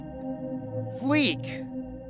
Fleek